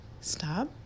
stop